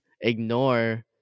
ignore